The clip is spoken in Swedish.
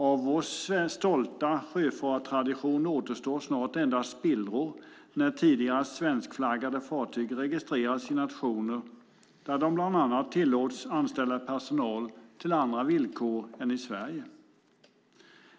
Av vår stolta sjöfarartradition återstår snart endast spillror, när tidigare svenskflaggade fartyg registreras i nationer där de bland annat tillåts anställa personal till andra villkor än i Sverige.